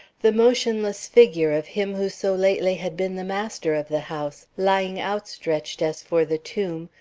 the motionless figure of him who so lately had been the master of the house, lying outstretched as for the tomb,